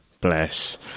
bless